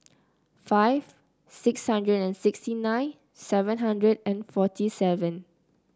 five six hundred and sixty nine seven hundred and forty seven